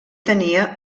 tenia